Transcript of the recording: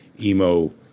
Emo